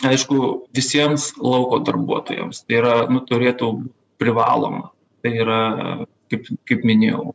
aišku visiems lauko darbuotojams tai yra nu turėtų privaloma tai yra kaip kaip minėjau